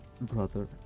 brother